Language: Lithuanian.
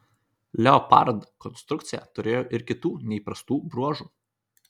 leopard konstrukcija turėjo ir kitų neįprastų bruožų